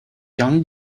young